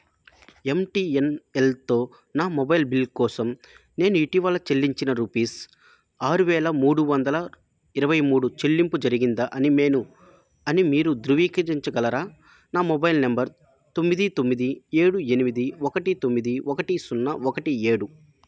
ఎంటీఎన్ఎల్తో నా mobile bill కోసం నేను ఇటీవల చెల్లించిన రుపీస్ ఆరు వేల మూడు వందల ఇరవై మూడు చెల్లింపు జరిగిందా అని మేను అని మీరు ధృవీకరించగలరా నా మొబైల్ నంబర్ తొమ్మిది తొమ్మిది ఏడు ఎనిమిది ఒకటి తొమ్మిది ఒకటి సున్నా ఒకటి ఏడు